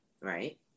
Right